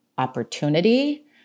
opportunity